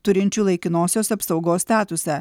turinčių laikinosios apsaugos statusą